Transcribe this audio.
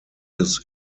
his